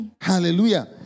Hallelujah